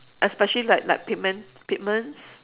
especially like like pigment pigments